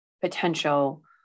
potential